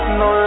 no